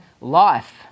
life